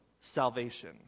salvation